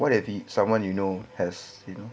what if he someone you know has you know